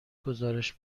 گزارش